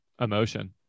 emotion